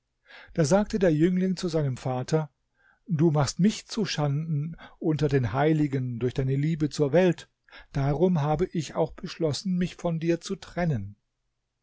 da sagte der jüngling zu seinem vater du machst mich zuschanden unter den heiligen durch deine liebe zur welt darum habe ich auch beschlossen mich von dir zu trennen